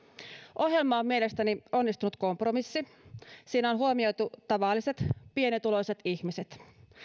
ohjelma on mielestäni onnistunut kompromissi siinä on huomioitu tavalliset pienituloiset ihmiset